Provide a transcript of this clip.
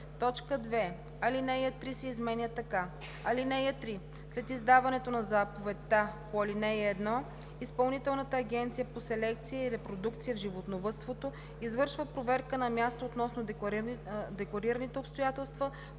и“. 2. Алинея 3 се изменя така: „(3) След издаването на заповедта по ал. 1 Изпълнителната агенция по селекция и репродукция в животновъдството извършва проверка на място относно декларираните обстоятелства